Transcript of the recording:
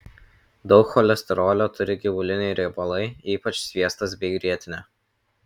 daug cholesterolio turi gyvuliniai riebalai ypač sviestas bei grietinė